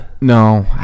No